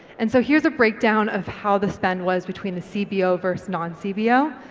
and so here's a breakdown of how the spend was between the cbo versus non cbo.